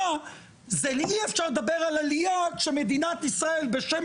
אי אפשר לדבר על עלייה כשמדינת ישראל בשם